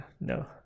no